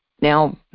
Now